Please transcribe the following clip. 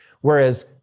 Whereas